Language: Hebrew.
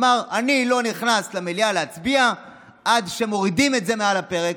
אמר: אני לא נכנס למליאה להצביע עד שמורידים את זה מעל הפרק,